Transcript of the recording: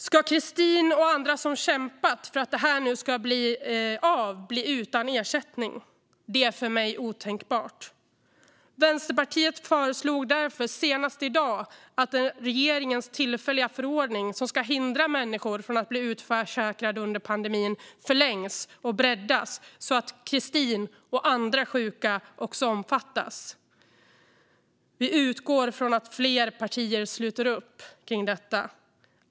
Ska Christine och andra som kämpat för att detta ska bli av nu bli utan ersättning? Det är otänkbart för mig. Vänsterpartiet förslog därför senast i dag att regeringens tillfälliga förordning som ska hindra människor från att bli utförsäkrade under pandemin förlängs och breddas så att Christine och andra sjuka omfattas. Vi utgår från att fler partier sluter upp kring detta.